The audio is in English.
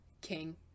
King